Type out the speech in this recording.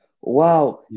wow